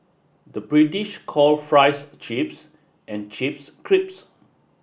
the British call fries chips and chips crisps